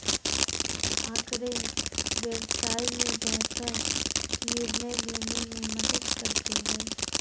आँकड़े व्यवसाय में बेहतर निर्णय लेने में मदद करते हैं